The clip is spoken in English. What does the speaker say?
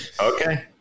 okay